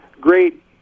great